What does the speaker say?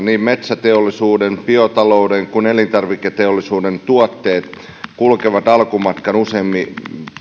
niin metsäteollisuuden biotalouden kuin elintarviketeollisuuden tuotteet kulkevat alkumatkan useimmiten